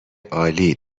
عالی